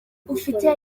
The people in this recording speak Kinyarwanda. ufite